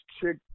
chick